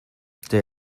they